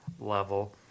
level